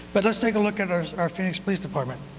but let's take a look at our our phoenix police department.